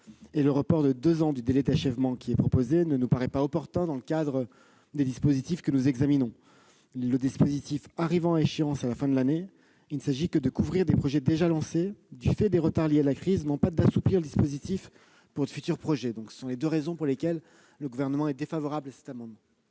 Le report de deux ans du délai d'achèvement proposé par les auteurs de cet amendement ne nous paraît pas opportun dans le cadre des dispositifs que nous examinons. Le mécanisme arrivant à échéance à la fin de l'année, il ne s'agit que de couvrir des projets déjà lancés du fait des retards liés à la crise, non pas d'assouplir le dispositif pour de futurs projets. Ce sont les deux raisons pour lesquelles le Gouvernement est défavorable à cet amendement.